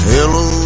Hello